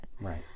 Right